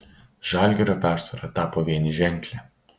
žalgirio persvara tapo vienženklė